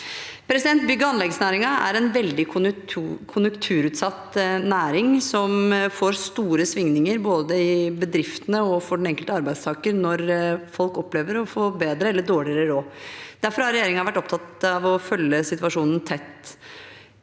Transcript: videre. Bygge- og anleggsnæringen er en veldig konjunkturutsatt næring, og det gir store svingninger både for bedriftene og for den enkelte arbeidstaker når folk opplever å få bedre eller dårligere råd. Derfor har regjeringen vært opptatt av å følge situasjonen tett.